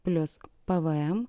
plius pvm